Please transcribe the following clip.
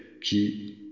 qui